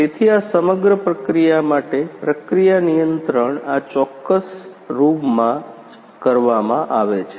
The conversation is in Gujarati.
તેથી આ સમગ્ર પ્રક્રિયા માટે પ્રક્રિયા નિયંત્રણ આ ચોક્કસ રૂમમાં જ કરવામાં આવે છે